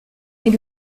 est